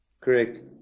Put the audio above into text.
Correct